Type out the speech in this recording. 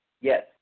yes